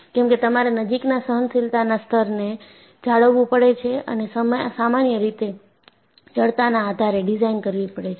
કેમકે તમારે નજીકના સહનશીલતાના સ્તરને જાળવવું પડે છે અને સામાન્ય રીતે જડતાના આધારે ડિઝાઇન કરવી પડે છે